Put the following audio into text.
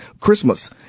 Christmas